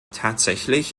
tatsächlich